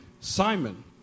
Simon